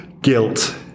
guilt